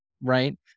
right